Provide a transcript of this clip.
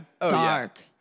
dark